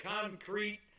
concrete